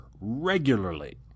regularly